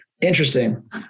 Interesting